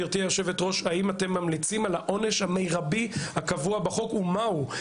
האם אתם ממליצים על העונש המירבי הקבוע בחוק ומה הוא?